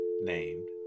named